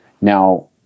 Now